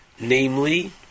namely